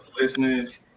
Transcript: listeners